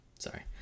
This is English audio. sorry